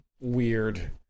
weird